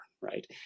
right